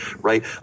right